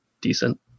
decent